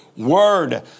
Word